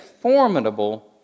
formidable